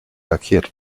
lackiert